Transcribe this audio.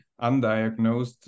undiagnosed